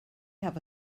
have